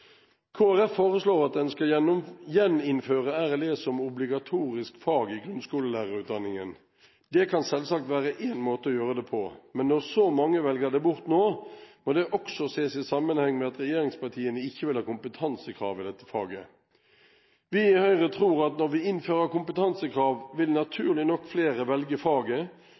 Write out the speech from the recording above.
foreslår at en skal gjeninnføre RLE som obligatorisk fag i grunnskolelærerutdanningen. Det kan selvsagt være en måte å gjøre det på, men når så mange velger det bort nå, må det også ses i sammenheng med at regjeringspartiene ikke vil ha kompetansekrav i dette faget. Vi i Høyre tror at når vi innfører kompetansekrav, vil naturlig nok flere velge faget,